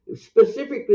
specifically